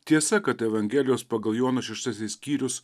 tiesa kad evangelijos pagal joną šeštasis skyrius